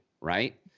right